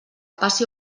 passi